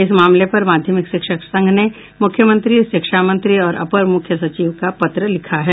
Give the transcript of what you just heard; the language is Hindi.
इस मामले पर माध्यमिक शिक्षक संघ ने मुख्यमंत्री शिक्षा मंत्री और अपर मुख्य सचिव को पत्र लिखा है